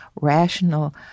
rational